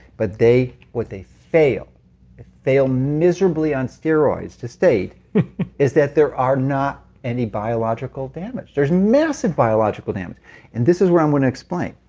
but they what they fail, they fail miserably on steroids, to state is that there are not any biological damage there's massive biological damage and this is where i'm going to explain.